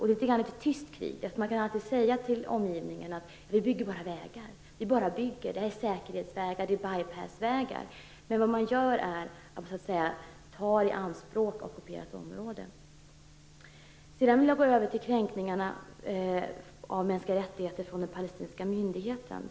Detta är ett tyst krig, för man kan alltid säga till omgivningen: Vi bygger bara vägar. Vi bara bygger. Det här är säkerhetsvägar och bye pass-vägar. Men vad man gör är att man så att säga tar ockuperat område i anspråk. Sedan vill jag gå över till kränkningarna av mänskliga rättigheter från den palestinska myndigheten.